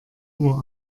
uhr